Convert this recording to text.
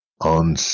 on